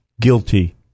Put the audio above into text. guilty